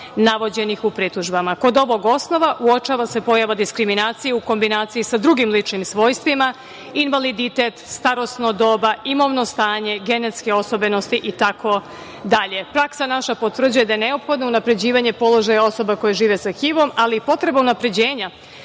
navođenih u pritužbama. Kod ovog osnova uočava se pojava diskriminacije u kombinaciji sa drugim ličnim svojstvima, invaliditet, starosno doba, imovno stanje, genetske osobenosti, itd. Praksa naša potvrđuje da je neophodno unapređivanje položaja osoba koje žive sa HIV-om, ali i potreba unapređenje